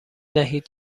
دهید